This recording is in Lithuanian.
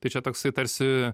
tai čia toksai tarsi